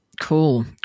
Cool